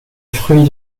fruit